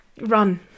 run